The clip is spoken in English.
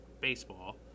baseball